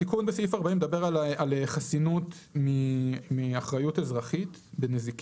התיקון בסעיף 40 מדבר על חסינות מאחריות אזרחית בנזיקין.